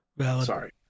Sorry